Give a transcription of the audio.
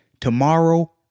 Tomorrow